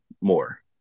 more